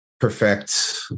Perfect